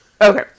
okay